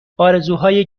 آرزوهای